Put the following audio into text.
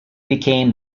became